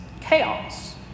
chaos